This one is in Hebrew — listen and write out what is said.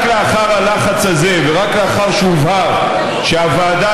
רק לאחר הלחץ הזה ורק לאחר שהובהר שהוועדה